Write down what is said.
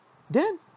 then